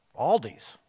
Aldi's